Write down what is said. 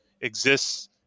exists